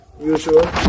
usual